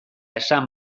esan